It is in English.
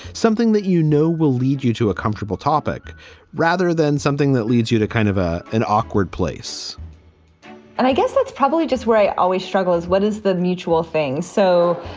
something that you know will lead you to a comfortable topic rather than something that leads you to kind of ah an awkward place and i guess that's probably just where i always struggle is what is the mutual thing. so,